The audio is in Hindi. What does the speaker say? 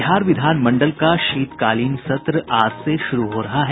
बिहार विधानमंडल का शीतकालीन सत्र आज से शुरू हो रहा है